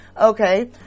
Okay